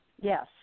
Yes